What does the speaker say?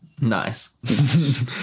nice